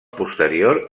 posterior